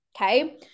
Okay